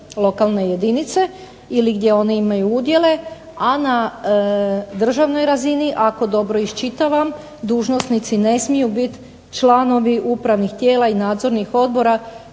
lokalne jedinice ili gdje oni imaju udjele, a na državnoj razini ako dobro iščitavam dužnosnici ne smiju biti članovi upravnih tijela i nadzornih odbora